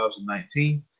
2019